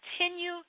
continue